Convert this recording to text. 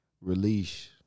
release